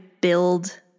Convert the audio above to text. build